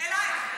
אלייך.